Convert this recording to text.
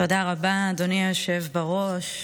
תודה רבה, אדוני היושב בראש.